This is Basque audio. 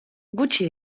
gutxi